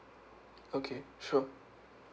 okay sure